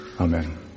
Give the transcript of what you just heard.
Amen